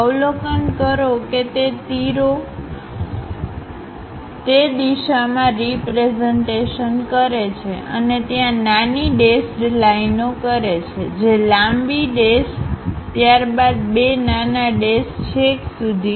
અવલોકન કરો કે તીરો તે દિશામાં રીપ્રેઝન્ટેશન કરે છે અને ત્યાં નાની ડેશ્ડલાઇનઓ કરે છેજે લાંબી ડેશ ત્યારબાદ બે નાના ડેશ છેક સુધી